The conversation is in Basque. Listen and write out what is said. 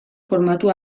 formatu